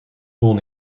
woon